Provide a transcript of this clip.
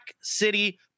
city